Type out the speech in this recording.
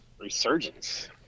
Resurgence